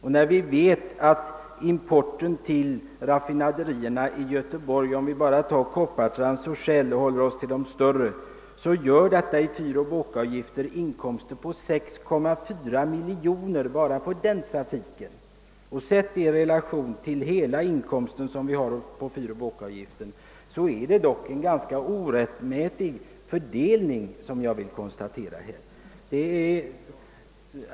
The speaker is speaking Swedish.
Vi vet att enbart importen till raffinaderierna i Göteborg — för att nu hålla mig till de större och bara ta Koppartrans och BP — i fyroch båkavgifter ger en inkomst på 6,4 miljoner. I relation till hela inkomsten av fyroch båkavgifter rör det sig dock om en ganska orättmätig fördelning, och det är detta jag här velat konstatera.